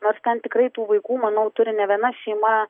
nors ten tikrai tų vaikų manau turi ne viena šeima